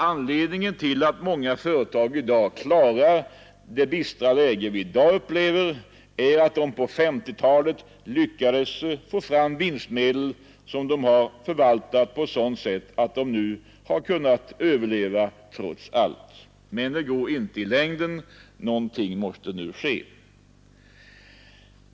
Anledningen till att många företag klarar det bistra läge vi i dag upplever är att de på 1950-talet lyckades få fram vinstmedel, som de förvaltat på sådant sätt att de nu kunnat överleva, trots allt. Men det går inte i längden. Någonting måste nu ske.